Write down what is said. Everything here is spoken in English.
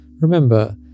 remember